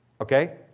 Okay